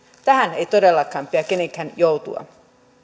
tähän ei todellakaan pidä kenenkään joutua